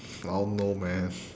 I don't know man